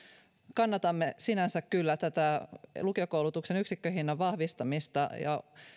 kannatamme sinänsä kyllä tätä lukiokoulutuksen yksikköhinnan vahvistamista ja